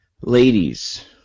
Ladies